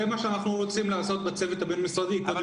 זה מה שאנחנו רוצים לעשות בצוות הבין-משרדי.